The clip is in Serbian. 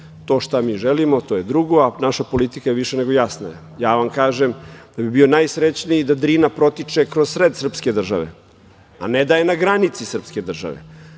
To šta mi želimo je drugo, a naša politika je više nego jasna. Kažem vam da bih bio najsrećniji da Drina protiče kroz sred srpske države, a ne da je na granici srpske države,